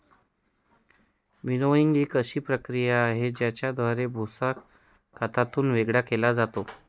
winnowing एक अशी प्रक्रिया आहे, ज्याद्वारे भुसा धान्यातून वेगळा केला जातो